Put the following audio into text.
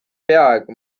peaaegu